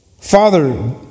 Father